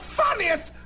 funniest